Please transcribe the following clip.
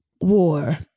War